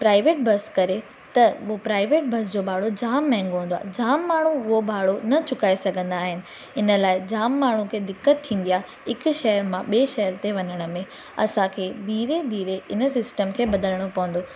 private bus करे त उहो प्राइवेट बस जो भाड़ो जाम महांगो हूंदो आहे जाम माण्हू उहो भाड़ो न चुकाए सघंदा आहिनि इन लाइ जाम माण्हुनिखे दिक़त थींदी आहे हिकु शहर मां ॿिए शहर ते वञण में असांखे धीरे धीरे हिन सिस्टम खे बदिलणो पवंदो